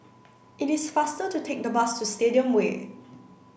it is faster to take the bus to Stadium Way